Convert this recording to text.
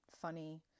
funny